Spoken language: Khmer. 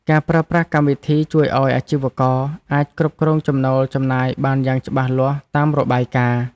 ការប្រើប្រាស់កម្មវិធីជួយឱ្យអាជីវករអាចគ្រប់គ្រងចំណូលចំណាយបានយ៉ាងច្បាស់លាស់តាមរបាយការណ៍។